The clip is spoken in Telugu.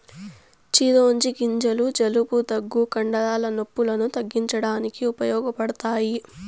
చిరోంజి గింజలు జలుబు, దగ్గు, కండరాల నొప్పులను తగ్గించడానికి ఉపయోగపడతాయి